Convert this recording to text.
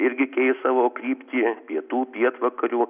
irgi keis savo kryptį pietų pietvakarių